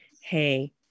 Hey